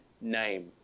name